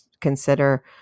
consider